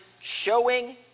showing